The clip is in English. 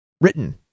Written